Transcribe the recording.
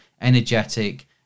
energetic